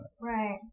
Right